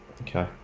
Okay